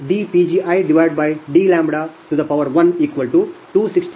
16575